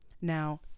Now